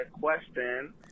question